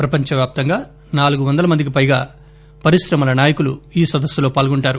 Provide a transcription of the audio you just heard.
ప్రపంచవ్యాప్తంగా నాలుగు వందల మందికి పైగా పరిశ్రమల నాయకులు ఈ సదస్సులో పాల్గొంటారు